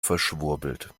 verschwurbelt